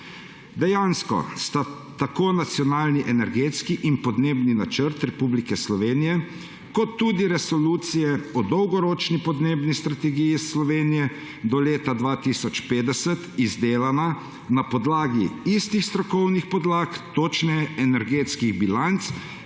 Dejansko sta tako Nacionalni energetski in podnebni načrt Republike Slovenije kot tudi resolucija o Dolgoročni podnebni strategiji Slovenije do leta 2050 izdelana na podlagi istih strokovnih podlag, točnih energetskih bilanc,